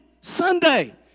Sunday